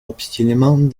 obstinément